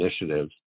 initiatives